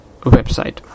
website